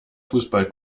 fußball